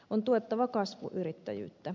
on tuettava kasvuyrittäjyyttä